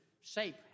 shape